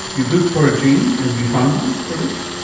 you've looked for a gene and have you found one for this?